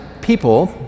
people